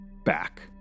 back